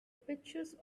pictures